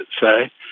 say